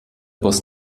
bus